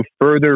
further